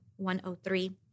103